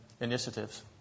initiatives